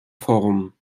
forum